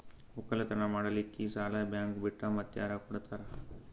ಒಕ್ಕಲತನ ಮಾಡಲಿಕ್ಕಿ ಸಾಲಾ ಬ್ಯಾಂಕ ಬಿಟ್ಟ ಮಾತ್ಯಾರ ಕೊಡತಾರ?